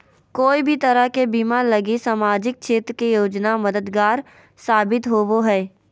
कोय भी तरह के बीमा लगी सामाजिक क्षेत्र के योजना मददगार साबित होवो हय